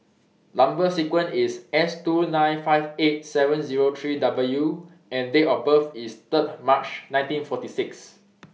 Number sequence IS S two nine five eight seven Zero three W and Date of birth IS three March nineteen forty six